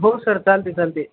हो सर चालते चालते